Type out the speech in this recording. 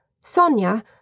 Sonia